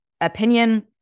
opinion